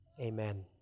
Amen